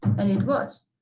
and it was.